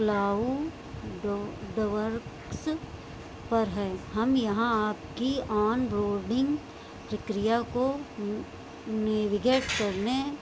Clough ड डवर्क्स पर है हम यहाँ आपकी ऑनरोडिंग प्रक्रिया को नेविगेट करने